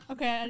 Okay